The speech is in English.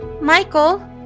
Michael